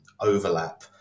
overlap